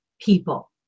people